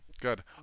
Good